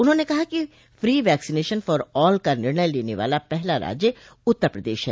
उन्होंने कहा कि फ्री वैक्सीनेशन फॉर आल का निर्णय लेने वाला पहला राज्य उत्तर प्रदेश है